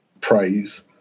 praise